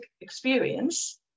experience